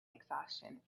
exhaustion